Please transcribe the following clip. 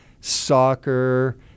soccer